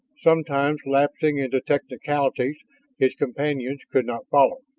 sometimes lapsing into technicalities his companions could not follow.